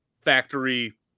factory